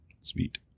Sweet